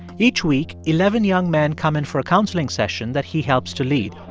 each week, eleven young men come in for a counseling session that he helps to lead.